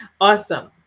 Awesome